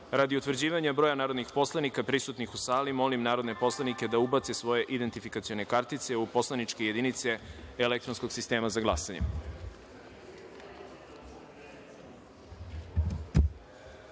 utvrđivanja broja narodnih poslanika prisutnih u sali, molim narodne poslanike da ubace svoje identifikacione kartice u poslaničke jedinice elektronskog sistema za